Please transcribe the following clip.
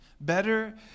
Better